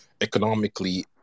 economically